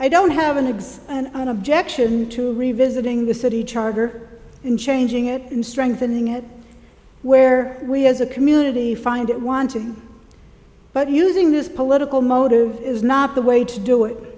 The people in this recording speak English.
i don't have an exe and an objection to revisiting the city charter and changing it and strengthening it where we as a community find it wanted but using this political motive is not the way to do it